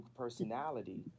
Personality